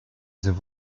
there